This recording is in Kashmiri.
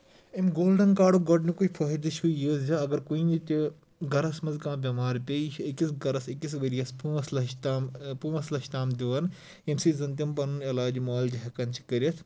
اَمہِ گولڈن کارڈُک گۄڈٕنِکُے فٲیدٕ چھُ یہِ زِ اَگر کُنہِ تہِ گرس منٛز کانٛہہ بیمار پیٚیہِ یہِ چھُ أکِس گرس أکِس ؤرۍ یس پانٛژھ لَچھ تام پانٛژھ لَچھ تام دِوان ییٚمہِ سۭتۍ زَن تِم پَنُن علاج مولجہِ ہٮ۪کان چھِ کٔرِتھ